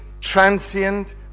transient